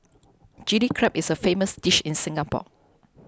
Chilli Crab is a famous dish in Singapore